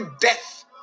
death